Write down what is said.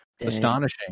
astonishing